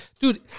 Dude